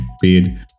paid